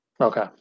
Okay